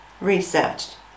researched